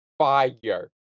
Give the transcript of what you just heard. Fire